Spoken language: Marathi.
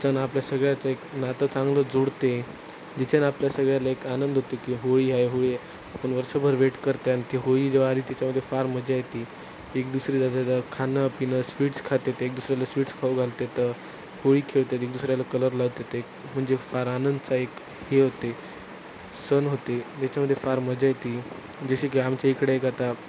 त्याच्याने आपल्या सगळ्याचं एक नातं चांगलं जोडते जिच्याने आपल्या सगळ्याला एक आनंद होते की होळी आहे होळी आपण वर्षभर वेट करते अन् ती होळी जेव्हा आली तिच्यामध्ये फार मजा येते एक दुसरी जाते तर खाणंपिणं स्वीट्स खातात एक दुसऱ्याला स्वीट्स खाऊ घालतात होळी खेळतात एक दुसऱ्याला कलर लावतात एक म्हणजे फार आनंदाचा एक हे होते सण होते ज्याच्यामध्ये फार मजा येते ती जशी की आमच्या इकडे एक आता